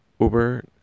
Uber